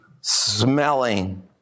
smelling